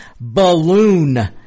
balloon